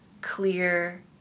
clear